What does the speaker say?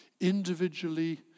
individually